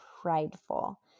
prideful